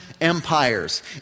empires